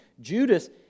Judas